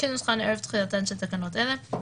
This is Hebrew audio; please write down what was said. כנוסחן ערב תחילתן של תקנות אלה,